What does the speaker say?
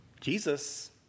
Jesus